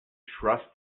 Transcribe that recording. trust